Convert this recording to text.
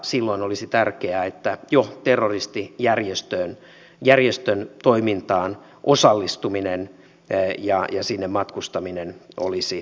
silloin olisi tärkeää että jo terroristijärjestön toimintaan osallistuminen ja sinne matkustaminen olisi kriminalisoitu